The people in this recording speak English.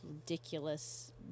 ridiculous